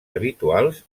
habituals